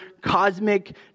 cosmic